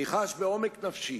אני חש בעומק נפשי